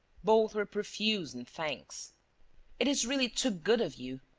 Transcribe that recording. both were profuse in thanks it is really too good of you!